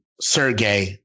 Sergey